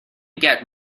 get